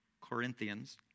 Corinthians